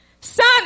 Son